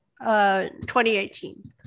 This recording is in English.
2018